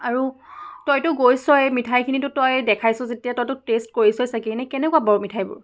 আৰু তইতো গৈছই মিঠাইখিনিতো তই দেখাইছ যেতিয়া তইতো টেষ্ট কৰিছই চাগে এনেই কেনেকুৱা বাৰু মিঠাইবোৰ